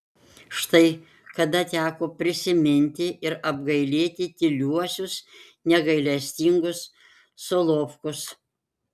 štai kada teko prisiminti ir apgailėti tyliuosius negailestingus solovkus